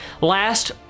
Last